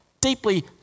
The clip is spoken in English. deeply